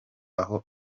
aho